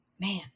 Man